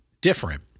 different